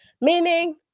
meaning